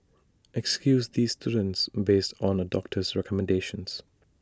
excuse these students based on A doctor's recommendations